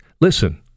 Listen